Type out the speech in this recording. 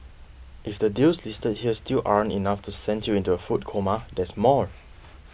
if the deals listed here still aren't enough to send you into a food coma there's more